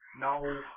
No